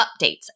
updates